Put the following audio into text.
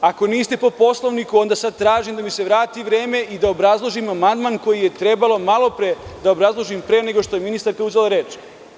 Ako niste po Poslovniku, onda sada tražim da se vrati vreme i da obrazložim amandman koji je trebalo malopre da obrazložim, pre nego što je ministarka uzela reč.